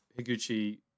Higuchi